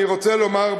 אני רוצה לומר,